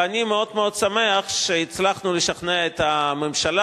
ואני מאוד מאוד שמח שהצלחנו לשכנע את הממשלה.